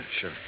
sure